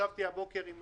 ישבתי הבוקר עם